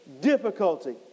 Difficulty